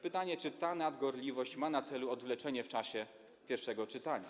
Pytanie, czy ta nadgorliwość ma na celu odwleczenie w czasie pierwszego czytania.